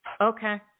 Okay